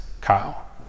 Kyle